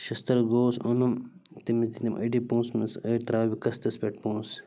شِستٕر گوٚوُس اوٚنُم تٔمِس دِتِم أڑی پونٛسہٕ ووٚنمَس أڑۍ ترٛاوَے بہٕ قٕسطس پٮ۪ٹھ پونٛسہٕ